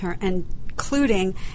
including